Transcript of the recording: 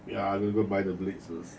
ya I don't even buy the blades first